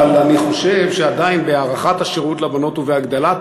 אבל אני חושב שעדיין בהארכת השירות לבנות ובהגדלת